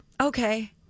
Okay